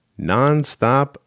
Nonstop